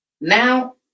Now